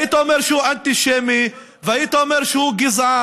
היית אומר שהוא אנטישמי, והיית אומר שהוא גזען,